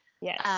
Yes